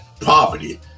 poverty